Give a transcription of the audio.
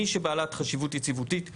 מי שבעלת חשיבות יציבותית זוכה,